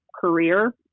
career